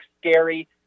scary